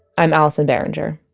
i'm allison behringer